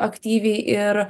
aktyviai ir